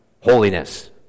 holiness